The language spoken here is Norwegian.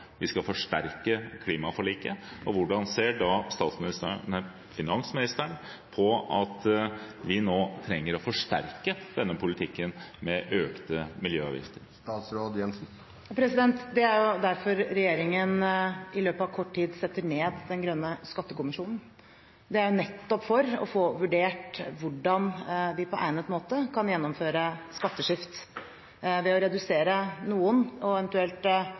forsterke klimaforliket. Hvordan ser finansministeren på at vi nå trenger å forsterke denne politikken med økte miljøavgifter? Det er derfor regjeringen i løpet av kort tid setter ned en grønn skattekommisjon. Det gjør vi nettopp for å få vurdert hvordan vi på egnet måte kan gjennomføre et skatteskift ved å redusere noen og eventuelt